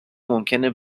ممکنه